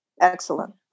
Excellent